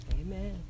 Amen